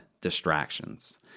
distractions